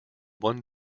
one